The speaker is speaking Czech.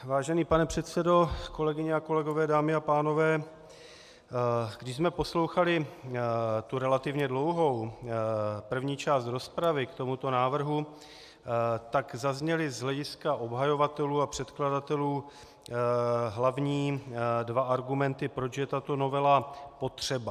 Vážený pane předsedo, kolegyně a kolegové, dámy a pánové, když jsme poslouchali relativně dlouhou první část rozpravy k tomuto návrhu, tak zazněly z hlediska obhajovatelů a předkladatelů hlavní dva argumenty, proč je tato novela potřeba.